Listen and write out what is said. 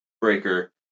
Breaker